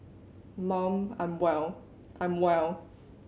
mum I'm well I'm well